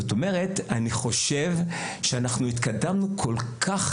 אני חושב שהתקדמנו כל כך